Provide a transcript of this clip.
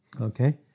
okay